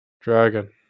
Dragon